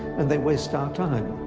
and they waste our time.